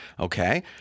Okay